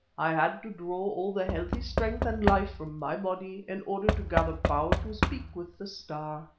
i had to draw all the healthy strength and life from my body in order to gather power to speak with the star.